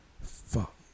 Fuck